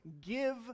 give